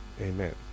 Amen